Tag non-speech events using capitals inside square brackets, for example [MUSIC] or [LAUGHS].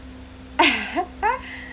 [LAUGHS]